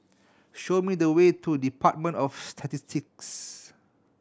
show me the way to Department of Statistics